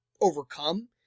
overcome